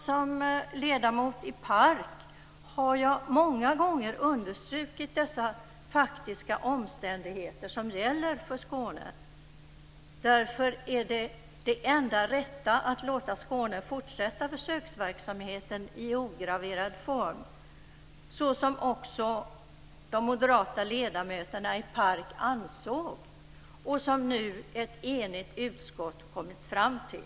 Som ledamot i PARK har jag många gånger understrukit de faktiska omständigheter som gäller för Skåne. Därför är det enda rätta att låga Skåne fortsätta försöksverksamheten i ograverad form, såsom också de moderata ledamöterna i PARK ansåg och som nu ett enigt utskott kommit fram till.